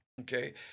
Okay